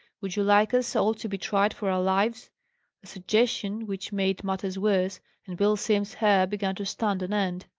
would you like us all to be tried for our lives? a suggestion which made matters worse and bill simms's hair began to stand on end.